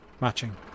matching